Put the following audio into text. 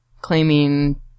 claiming